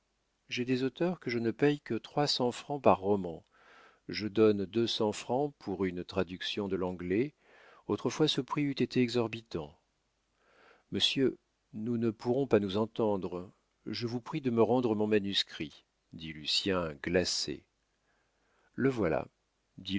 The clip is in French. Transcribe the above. j'ai des auteurs que je ne paye que trois cents francs par roman je donne deux cents francs pour une traduction de l'anglais autrefois ce prix eût été exorbitant monsieur nous ne pourrons pas nous entendre je vous prie de me rendre mon manuscrit dit lucien glacé le voilà